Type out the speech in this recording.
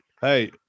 Hey